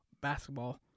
basketball